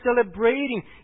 celebrating